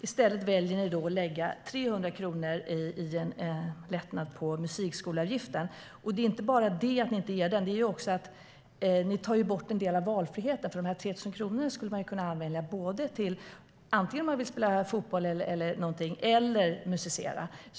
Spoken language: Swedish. I stället väljer ni att lägga 300 kronor som en lättnad av musikskoleavgiften. Det är inte bara fråga om att ni inte är för de 3 000 kronorna, ni tar dessutom bort en del av valfriheten. De 3 000 kronorna skulle man kunna använda antingen om man vill spela fotboll eller något annat eller om man vill musicera.